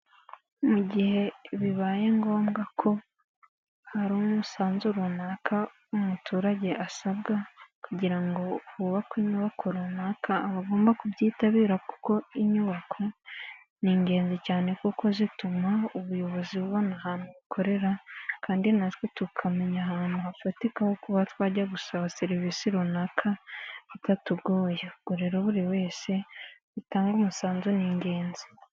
Mu gihe bibaye ngombwa ko hari umusanzu runaka umuturage asabwa kugira ngo hubakwe inyubako runaka, aba agomba kubyitabira kuko inyubako ni ingenzi cyane kuko zituma ubuyobozi bubona ahantu bukorera kandi natwe tukamenya ahantu hafatika ho kuba twajya gusaba serivisi runaka batatugoye, ubwo rero buri wese gutanga umusanzu ni ingenzi.